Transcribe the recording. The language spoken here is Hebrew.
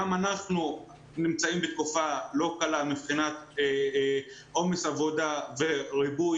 גם אנחנו נמצאים בתקופה לא קלה מבחינת עומס עבודה וריבוי